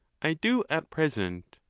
i do at present.